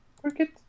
cricket